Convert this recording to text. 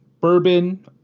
bourbon